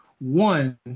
one